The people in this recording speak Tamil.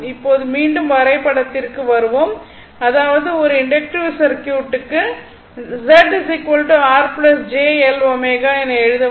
இப்போது மீண்டும் வரைபடத்திற்கு வருவோம் அதாவது ஒரு இண்டக்ட்டிவ் சர்க்யூட்டுக்கு Z R j L ω என எழுத முடியும்